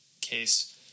case